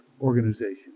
organization